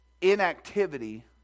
inactivity